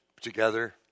together